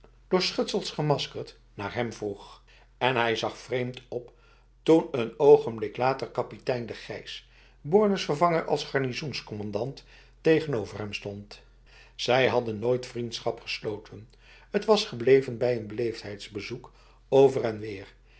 door schutsels gemaskeerd naar hem vroeg en hij zag vreemd op toen n ogenblik later kapitein de grijs bornes vervanger als garnizoenscommandant tegenover hem stond zij hadden nooit vriendschap gesloten het was gebleven bij een beleefdheidsbezoek over en weer